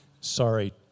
Sorry